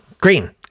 Green